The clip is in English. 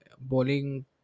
bowling